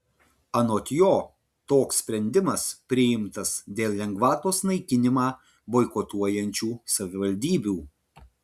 anot jo toks sprendimas priimtas dėl lengvatos naikinimą boikotuojančių savivaldybių